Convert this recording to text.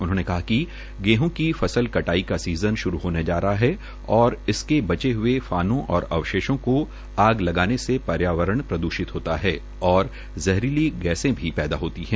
उन्होंने कहा कि गेहं की फसल कटाई का सीज़न शुरू होने जा रहा है और इसके बचे फानों और अवशेषों को आग लगाने से पर्यावरण प्रद्रषित होता है और जहरीली गैसे भी पैदा होती है